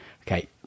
Okay